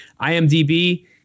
IMDb